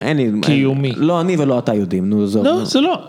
אני, אני, לא אני ולא אתה יודעים, נו זה לא